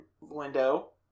window